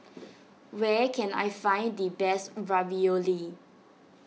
where can I find the best Ravioli